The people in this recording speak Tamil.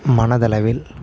மனதளவில்